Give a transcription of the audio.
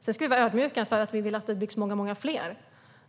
Sedan ska vi vara ödmjuka inför att vi vill att det byggs många fler